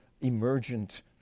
emergent